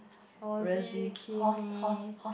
Ozi Kimi